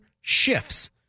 shifts